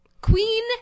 queen